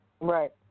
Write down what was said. Right